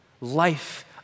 Life